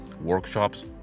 workshops